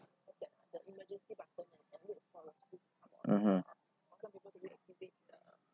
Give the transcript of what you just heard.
mmhmm